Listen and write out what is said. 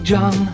John